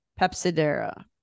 Pepsidera